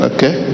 Okay